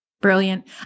Brilliant